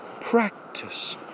practice